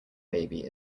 baby